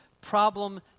problem